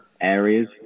areas